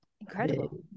incredible